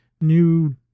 new